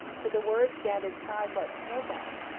for the words gathered size like snowballs,